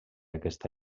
aquesta